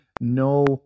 no